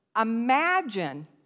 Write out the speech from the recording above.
Imagine